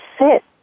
sit